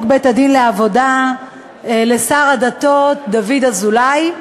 בית-הדין לעבודה לשר הדתות דוד אזולאי,